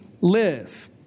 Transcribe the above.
live